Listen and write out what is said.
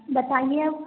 बताइए अब